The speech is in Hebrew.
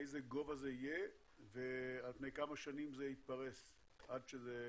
באיזה גובה זה יהיה ועל פני כמה שנים זה יתפרס עד שזה